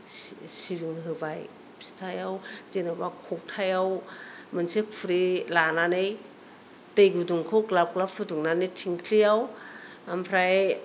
सिबिं होबाय फिथायाव जेनेबा खथायाव मोनसे खुरै लानानै दै गुदुंखौ ग्लाब ग्लाब फुदुंनानै थिंख्लिआव ओमफ्राय